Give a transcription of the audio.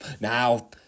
Now